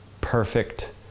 perfect